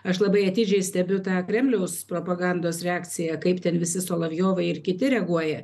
aš labai atidžiai stebiu tą kremliaus propagandos reakciją kaip ten visi solovjovai ir kiti reaguoja